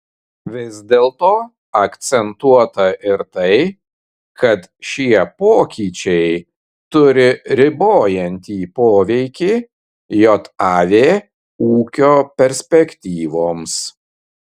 vis dėlto akcentuota ir tai kad šie pokyčiai turi ribojantį poveikį jav ūkio perspektyvoms